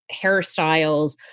hairstyles